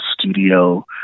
studio